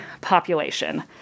population